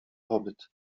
pobyt